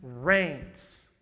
reigns